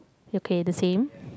okay the same